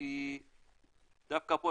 כי דווקא פה,